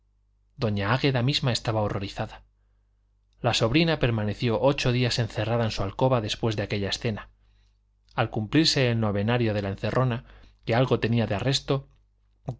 doña águeda misma estaba horrorizada la sobrina permaneció ocho días encerrada en su alcoba después de aquella escena al cumplirse el novenario de la encerrona que algo tenía de arresto